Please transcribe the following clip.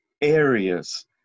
areas